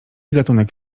gatunek